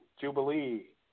Jubilee